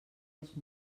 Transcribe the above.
els